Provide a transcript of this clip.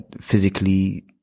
physically